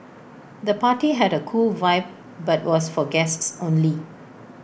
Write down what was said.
the party had A cool vibe but was for guests only